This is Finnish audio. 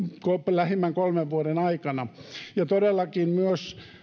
lähimmän kolmen vuoden aikana ja todellakin myös